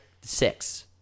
six